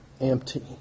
empty